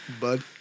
bud